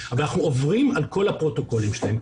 אבל אנחנו עוברים על כל הפרוטוקולים שלהם,